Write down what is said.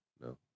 No